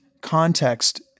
context